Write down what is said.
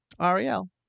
Ariel